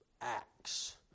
Acts